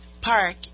Park